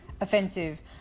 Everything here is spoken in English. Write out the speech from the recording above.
Offensive